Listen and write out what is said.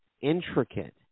intricate